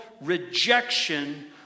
rejection